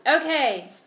Okay